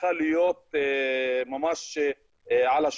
צריכה להיות על השולחן.